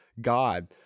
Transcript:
God